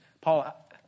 Paul